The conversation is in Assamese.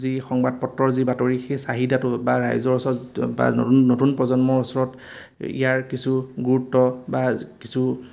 যি সংবাদ পত্ৰৰ যি বাতৰি সেই চাহিদাটো বা ৰাইজৰ ওচৰত বা নতুন প্ৰজন্মৰ ওচৰত ইয়াৰ কিছু গুৰুত্ব বা কিছু